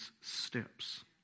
steps